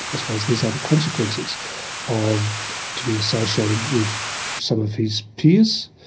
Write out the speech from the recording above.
i suppose these are the consequences of to be associated with some of his peers,